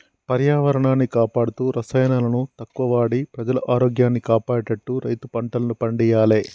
పర్యావరణాన్ని కాపాడుతూ రసాయనాలను తక్కువ వాడి ప్రజల ఆరోగ్యాన్ని కాపాడేట్టు రైతు పంటలను పండియ్యాలే